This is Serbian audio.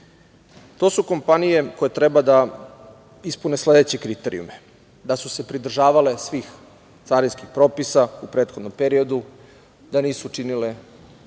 To su kompanije koje treba da ispune sledeće kriterijume: da su se pridržavale svih carinskih propisa u prethodnom periodu, da nisu činile